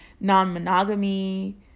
non-monogamy